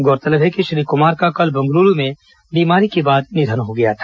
गौरतलब है कि श्री कुमार का कल बंगलुरू में बीमारी के बाद निधन हो गया था